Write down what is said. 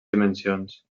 dimensions